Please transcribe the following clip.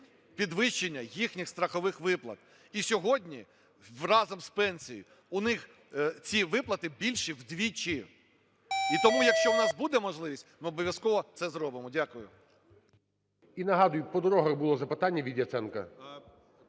підвищення їхніх страхових виплат. І сьогодні разом із пенсією у них ці виплати більші вдвічі. І тому, якщо в нас буде можливість, ми обов'язково це зробимо. Дякую. ГОЛОВУЮЧИЙ. І нагадую, по дорогах було запитання від Яценка.